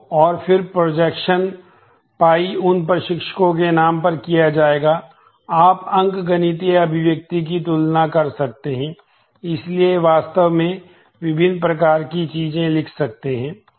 तो और फिर प्रोजेक्शन वास्तव में विभिन्न प्रकार की चीजें लिख सकता है